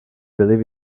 believe